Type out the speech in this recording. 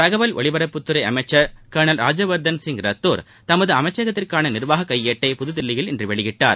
தகவல் ஒலிபரப்புத்துறை அமைச்சர் கர்னல் ராஜ்ஜியவர்தன் சிங் ரத்தோர் தமது அமைச்சகத்திற்கான நிர்வாக கையேட்டை புதுதில்லியில் இன்று வெளியிட்டார்